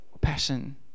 passion